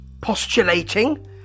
postulating